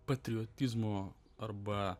patriotizmo arba